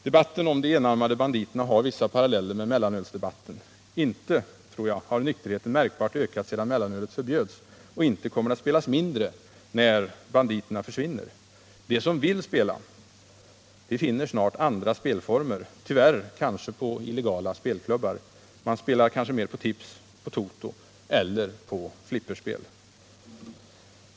Debatten om de enarmade banditerna har paralleller med mellanölsdebatten. Jag tror inte att nykterheten har märkbart ökat sedan mellanölet förbjöds, och det kommer inte att spelas mindre när banditerna försvinner. De som vill spela finner snart andra spelformer, tyvärr kanske på illegala spelklubbar. De kommer kanske att spela mer på tips, toto eller flipperspel.